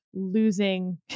losing